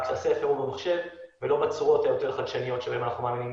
רק שהספר במחשב ולא בצורות היותר חדשניים בהם אנחנו מאמינים